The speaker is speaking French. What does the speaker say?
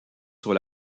sur